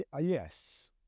Yes